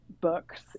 books